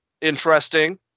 interesting